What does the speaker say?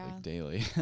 daily